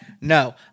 No